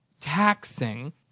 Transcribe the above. taxing